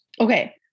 okay